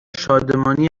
شادمانی